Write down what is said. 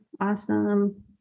Awesome